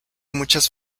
muchas